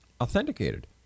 authenticated